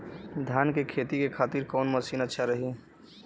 धान के खेती के खातिर कवन मशीन अच्छा रही?